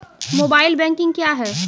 Mobile banking क्या हैं?